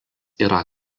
yra